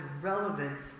relevance